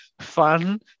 fun